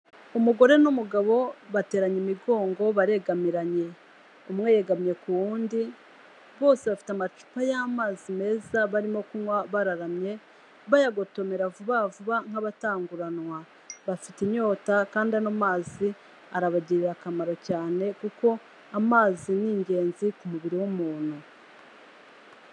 Umugore n'umugabo bateranye imigongo, baregamiranye, umwe yegamye ku wundi, bose bafite amacupa y'amazi meza barimo kunywa bararamye, bayagotomera vuba vuba nk'abatanguranwa, bafite inyota kandi ano amazi arabagirira akamaro cyane kuko amazi ni ingenzi ku mubiri w'umuntu.